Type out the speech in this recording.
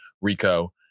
RICO